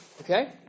Okay